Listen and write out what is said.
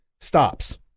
stops